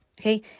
okay